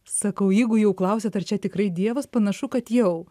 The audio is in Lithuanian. sakau jeigu jau klausiat ar čia tikrai dievas panašu kad jau